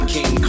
King